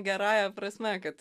gerąja prasme kad